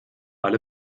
alle